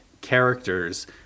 characters